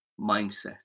mindset